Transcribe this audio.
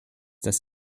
das